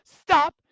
stop